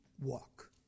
walk